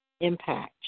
impact